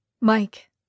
Mike